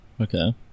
Okay